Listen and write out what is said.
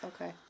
Okay